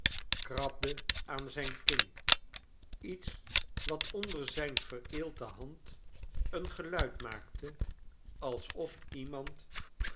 krabde aan zijn kin iets wat onder zijn vereelte hand een geluid maakte alsof iemand